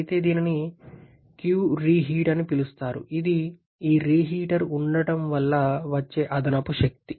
అయితే దీనిని qreheat అని పిలుస్తారు ఇది ఈ రీహీటర్ ఉండటం వల్ల వచ్చే అదనపు శక్తి